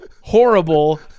horrible